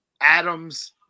Adams